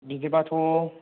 बिदि बाथ'